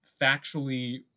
factually